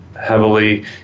heavily